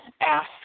ask